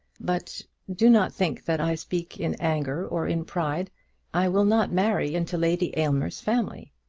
but do not think that i speak in anger or in pride i will not marry into lady aylmer's family.